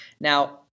now